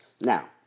Now